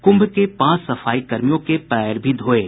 कुंभ के पांच सफाईकर्मियों के पैर भी धोये